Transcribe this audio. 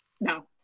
No